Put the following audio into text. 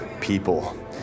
people